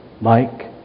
Mike